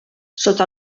sota